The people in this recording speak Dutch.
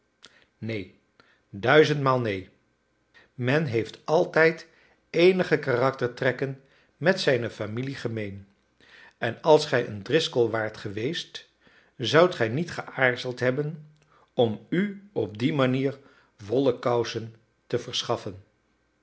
neen duizendmaal neen men heeft altijd eenige karaktertrekken met zijne familie gemeen en als gij een driscoll waart geweest zoudt gij niet geaarzeld hebben om u op die manier wollen kousen te verschaffen